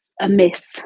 amiss